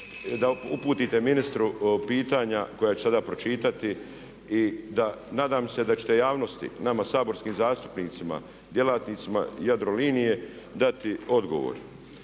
da uputite ministru pitanja koja ću sada pročitati i nadam se da ćete javnosti, nama saborskim zastupnicima, djelatnicima Jadrolinije dati odgovor.